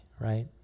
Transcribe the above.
right